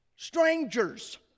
strangers